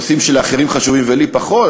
נושאים שלאחרים חשובים ולי פחות.